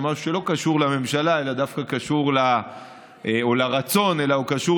למשהו שלא קשור לממשלה או לרצון אלא הוא קשור